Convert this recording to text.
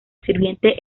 sirviente